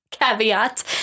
caveat